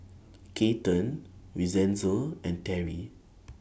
Keaton Vincenzo and Terri